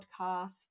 Podcast